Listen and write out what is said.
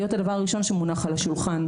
להיות הדבר הראשון שמונח על השולחן.